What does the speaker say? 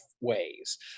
ways